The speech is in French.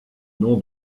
nom